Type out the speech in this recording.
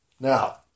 Now